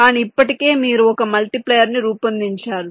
కానీ ఇప్పటికే మీరు ఒక మల్టీప్లైర్ ని రూపొందించారు